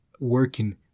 working